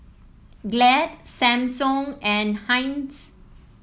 Glad Samsung and Heinz